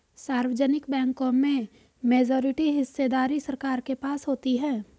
सार्वजनिक बैंकों में मेजॉरिटी हिस्सेदारी सरकार के पास होती है